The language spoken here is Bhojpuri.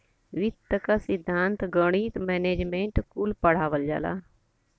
वित्त क सिद्धान्त, गणित, मैनेजमेंट कुल पढ़ावल जाला